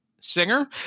Singer